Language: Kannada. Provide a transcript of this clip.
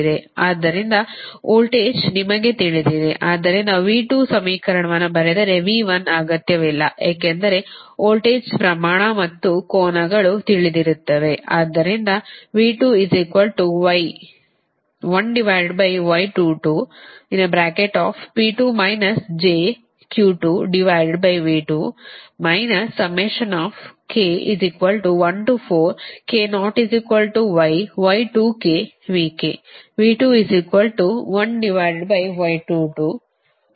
ಆದ್ದರಿಂದ ವೋಲ್ಟೇಜ್ ನಿಮಗೆ ತಿಳಿದಿದೆ ಆದ್ದರಿಂದ V 2 ಸಮೀಕರಣವನ್ನು ಬರೆದರೆ V 1 ಅಗತ್ಯವಿಲ್ಲ ಏಕೆಂದರೆ ವೋಲ್ಟೇಜ್ ಪ್ರಮಾಣ ಮತ್ತು ಕೋನಗಳು ತಿಳಿದಿರುತ್ತವೆ